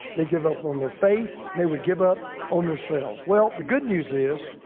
they give up on their faith, and they would give up on their selves. well, the good news is,